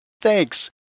Thanks